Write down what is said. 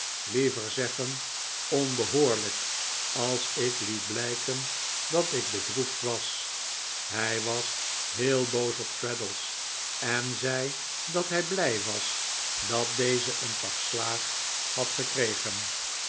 liever zeggen onbehoorlijk als ik liet blijken dat ik bedroefd was hij was heel boos op traddles en zei dat hij blij was dat deze een pak slaag had gekregen